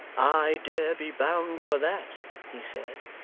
i dare be bound for that he said,